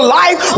life